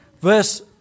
verse